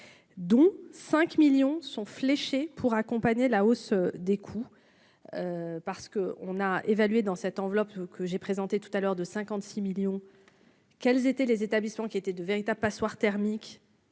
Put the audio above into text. Dont 5 millions sont fléchés. Pour accompagner la hausse des coûts parce que on a évalué dans cette enveloppe, ce que j'ai présenté tout à l'heure de 56 millions quels étaient les établissements qui étaient de véritables passoires thermiques